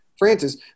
Francis